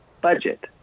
budget